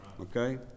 Okay